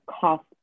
cost